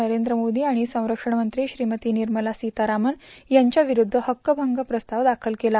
नरेंद्र मोदी आणि संरक्षणमंत्री श्रीमती निर्मला सीतारामन यांच्याविरूद्ध हक्कभंग प्रस्ताव दाखल केला